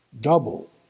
double